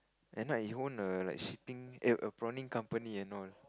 and now he own a like a shipping eh a prawning company and all